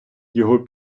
його